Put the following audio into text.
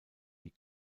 die